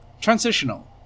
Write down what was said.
Transitional